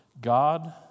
God